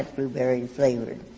blueberry flavored,